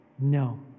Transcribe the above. No